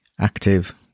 Active